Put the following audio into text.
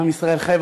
עם ישראל חי,